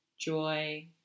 joy